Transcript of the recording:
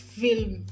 film